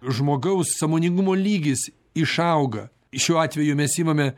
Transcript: žmogaus sąmoningumo lygis išauga šiuo atveju mes imame